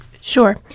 Sure